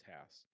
tasks